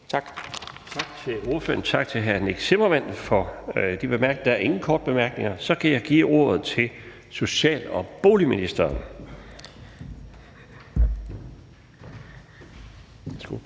(Bjarne Laustsen): Tak til hr. Nick Zimmermann. Der er ingen korte bemærkninger. Så kan jeg give ordet til social- og boligministeren.